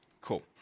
Cool